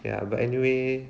but anyway